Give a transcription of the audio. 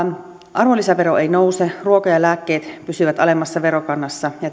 arvonlisävero ei nouse ruoka ja lääkkeet pysyvät alemmassa verokannassa ja